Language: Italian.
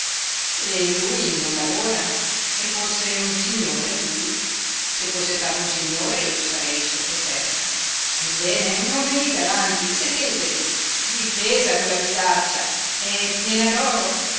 e lui non lavora è forse un signore lui se fosse stato un signore io sarei sottoterra ebbene non venite avanti sedetevi vi pesa quella bisaccia è piena